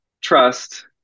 trust